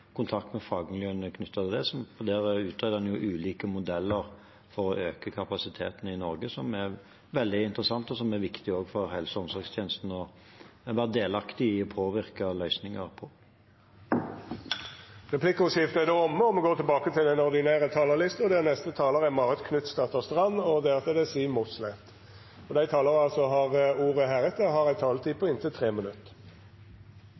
kontakt med fagmiljøene som er knyttet til det. Der utreder en jo ulike modeller for å øke kapasiteten i Norge, noe som er veldig interessant, og som det er viktig for helse- og omsorgstjenesten å være delaktig i for å påvirke løsninger. Replikkordskiftet er omme. Dei talarane som heretter får ordet, har ei taletid